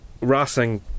racing